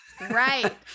Right